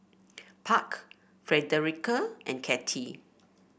Park Frederica and Kattie